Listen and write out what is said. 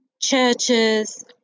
churches